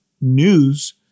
News